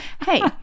hey